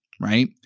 right